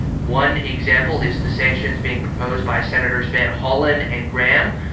one example is the sanctions being proposed by senators van hollen and graham,